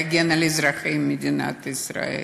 להגן על אזרחי מדינת ישראל,